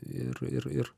ir ir ir